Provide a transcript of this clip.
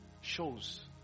shows